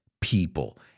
people